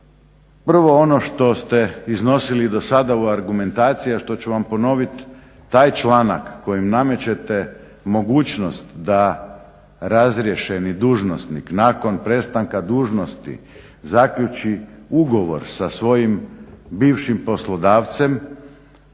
Prvo ono što ste iznosili do sada u argumentaciji a što ću vam ponoviti. Taj članak koji namećete mogućnost da razriješeni dužnosnik nakon prestanka dužnosti zaključi ugovor sa svojim bivšim poslodavcem